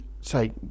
say